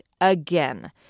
again